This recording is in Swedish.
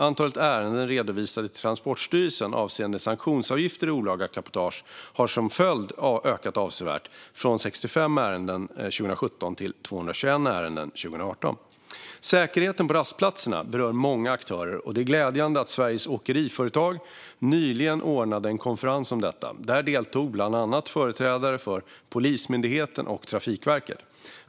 Antalet ärenden redovisade till Transportstyrelsen avseende sanktionsavgifter i olaga cabotage har som följd ökat avsevärt, från 65 ärenden 2017 till 221 ärenden 2018. Säkerheten på rastplatserna berör många aktörer, och det är glädjande att Sveriges Åkeriföretag nyligen ordnade en konferens om detta. Där deltog bland annat företrädare för Polismyndigheten och Trafikverket.